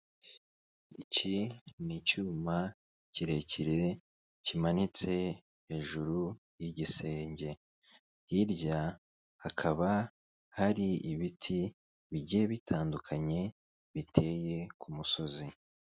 Iki ni icyuma kirekire kimanitse hejuru y'igisenge, hirya hakaba hari ibiti bigiye bitandukanye biteye ku musozi.